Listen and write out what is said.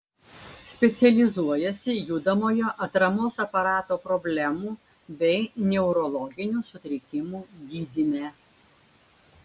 specializuojasi judamojo atramos aparato problemų bei neurologinių sutrikimų gydyme